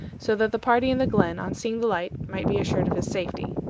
so that the party in the glen, on seeing the light, might be assured of his safety.